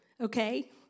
Okay